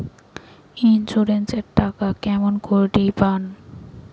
Insurance এর টাকা কেমন করি পাম?